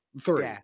three